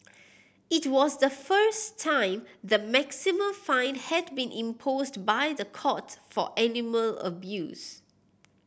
it was the first time the maximum fine had been imposed by the courts for animal abuse